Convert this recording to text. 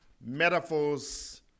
metaphors